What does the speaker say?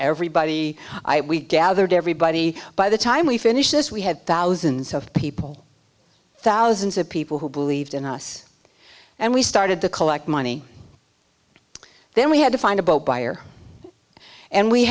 everybody we gathered everybody by the time we finished this we had thousands of people thousands of people who believed in us and we started to collect money then we had to find a boat buyer and we